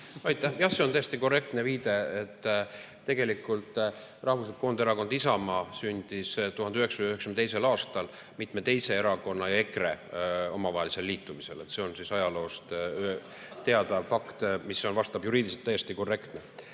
Aitäh! Jah, see on täiesti korrektne viide. Tegelikult Rahvuslik Koonderakond Isamaa sündis 1992. aastal mitme teise erakonna ja EKRE omavahelisel liitumisel. See on ajaloost teada fakt, mis on juriidiliselt täiesti korrektne. Nüüd